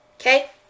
okay